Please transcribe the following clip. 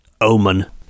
omen